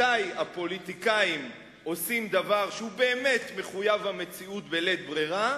מתי הפוליטיקאים עושים דבר שהוא באמת מחויב המציאות בלית ברירה,